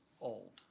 old